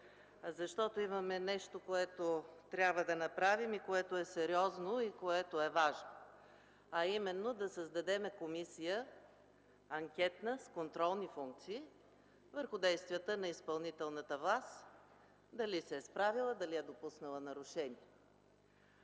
защото имаме нещо, което трябва да направим, което е сериозно и което е важно. Именно – да създадем Анкетна комисия с контролни функции върху действията на изпълнителната власт, дали се е справила, дали е допуснала нарушения.